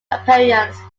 appearance